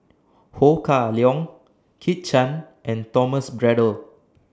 Ho Kah Leong Kit Chan and Thomas Braddell